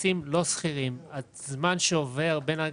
נכסים לא סחירים והזמן שעובר בין הרגע